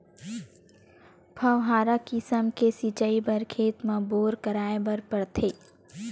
फव्हारा किसम के सिचई बर खेत म बोर कराए बर परथे